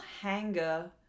hanger